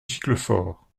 giclefort